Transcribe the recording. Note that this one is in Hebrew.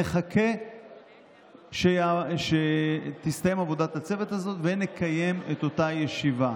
נחכה שתסתיים עבודת הצוות ונקיים את אותה ישיבה.